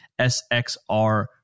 SXR